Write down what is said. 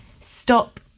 stop